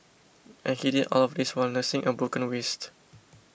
and he did all of this while nursing a broken wrist